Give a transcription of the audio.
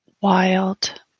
wild